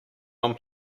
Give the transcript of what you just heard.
one